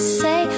say